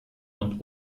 und